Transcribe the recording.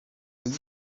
být